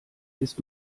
ist